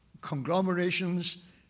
conglomerations